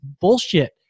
bullshit